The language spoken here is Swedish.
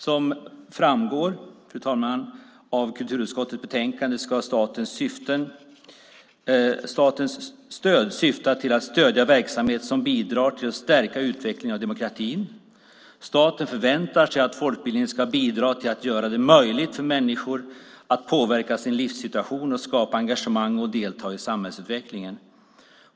Som framgår av kulturutskottets betänkande ska statens stöd syfta till att "stödja verksamhet som bidrar till att stärka och utveckla demokratin". Staten förväntar sig att folkbildningen ska "bidra till att göra det möjligt för människor att påverka sin livssituation och skapa engagemang att delta i samhällsutvecklingen."